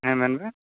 ᱦᱮ ᱢᱮᱱᱵᱮᱱ